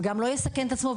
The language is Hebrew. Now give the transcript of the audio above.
לא יסכן את עצמו,